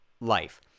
life